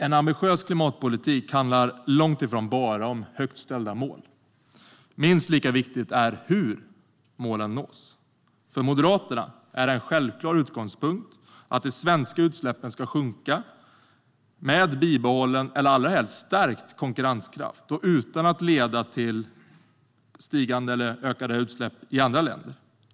En ambitiös klimatpolitik handlar långt ifrån bara om högt ställda mål. Minst lika viktigt är hur målen nås. För Moderaterna är det en självklar utgångspunkt att de svenska utsläppen ska sjunka med bibehållen eller allra helst stärkt konkurrenskraft och utan att leda till ökande utsläpp i andra länder.